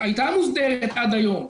הייתה מוסדרת עד היום.